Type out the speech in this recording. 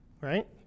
right